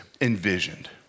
envisioned